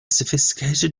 sophisticated